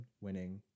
winning